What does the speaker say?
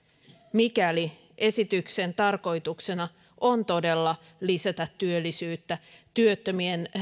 mikäli esityksen tarkoituksena on todella lisätä työllisyyttä työttömien